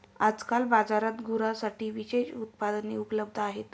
आजकाल बाजारात गुरांसाठी विविध उत्पादने उपलब्ध आहेत